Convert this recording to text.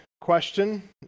question